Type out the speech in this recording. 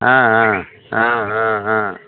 ஆ ஆ ஆ ஆ ஆ